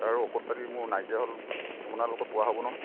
আৰু ঔষধ পাতি মোৰ নাইকিয়া হ'ল আপোনালোকত পোৱা হ'ব নহয়